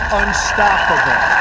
unstoppable